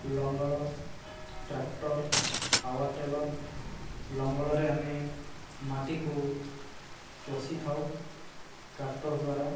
ଲଙ୍ଗଳ ଟ୍ରାକ୍ଟର ପାୱାରଟେଲର ଲଙ୍ଗଳରେ ଆମେ ମାଟିକୁ ଚୋଷି ଥାଉ ଟ୍ରାକ୍ଟର ଦ୍ଵାରା